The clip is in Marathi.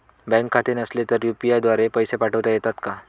बँकेत खाते नसेल तर यू.पी.आय द्वारे पैसे पाठवता येतात का?